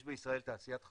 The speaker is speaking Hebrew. יש בישראל תעשיית חלל,